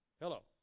Hello